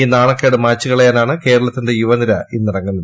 ഈ നാണക്കേട് മായ്ച്ചുകളയാനാണ് കേരളത്തിന്റെ യുവനിര ഇന്നിറങ്ങുന്നത്